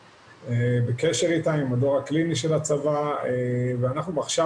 כי אין לה סממנים פיזיים כמו בסמים ואלכוהול שאנחנו רואים